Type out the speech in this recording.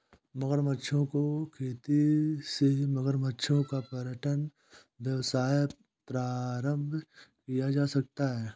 मगरमच्छों की खेती से मगरमच्छों का पर्यटन व्यवसाय प्रारंभ किया जा सकता है